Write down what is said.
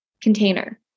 container